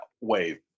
wave